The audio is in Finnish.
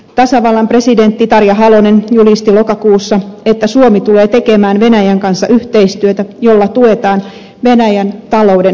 tasavallan presidentti tarja halonen julisti lokakuussa että suomi tulee tekemään venäjän kanssa yhteistyötä jolla tuetaan venäjän talouden modernisaatiota